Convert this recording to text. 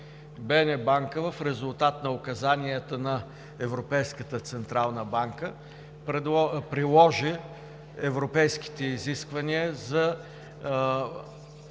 банка в резултат на указанията на Европейската централна банка приложи европейските изисквания за